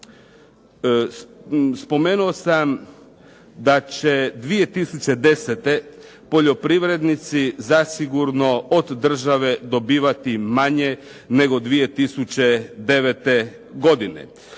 Spomenuo sam da 2010. poljoprivrednici zasigurno od države dobivati manje nego 2009. godine.